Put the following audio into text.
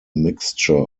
mixture